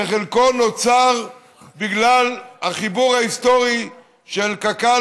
שחלקו נוצר בגלל החיבור ההיסטורי של קק"ל